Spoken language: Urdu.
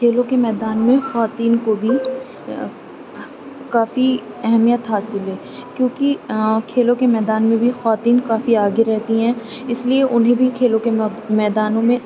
کھیلوں کے میدان میں خواتین کو بھی کافی اہمیت حاصل ہے کیوںکہ کھیلوں کے میدان میں بھی خواتین کافی آگے رہتی ہیں اس لیے انہیں بھی کھیلوں کے میدانوں میں